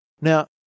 Now